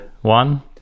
one